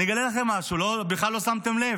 אני אגלה לכם משהו, בכלל לא שמתם לב: